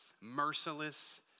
merciless